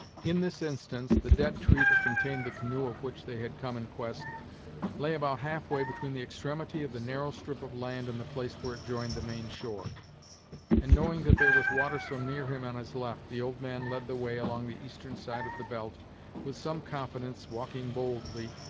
in this instance, the dead tree that contained the canoe of which they had come in quest lay about half-way between the extremity of the narrow slip of land and the place where it joined the main shore and knowing that there was water so near him on his left, the old man led the way along the eastern side of the belt with some confidence walking boldly,